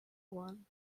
one